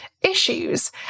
issues